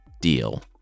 Deal